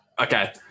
okay